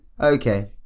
Okay